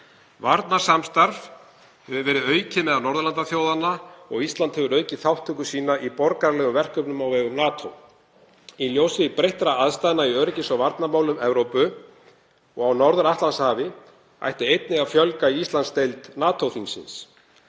Varnarsamstarf hefur verið aukið meðal Norðurlandaþjóðanna og Ísland hefur aukið þátttöku sína í borgaralegum verkefnum á vegum NATO. Í ljósi breyttra aðstæðna í öryggis- og varnarmálum Evrópu og á Norður- Atlantshafi ætti einnig að fjölga í Íslandsdeild NATO-þingsins.